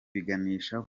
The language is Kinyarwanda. biganisha